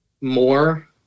more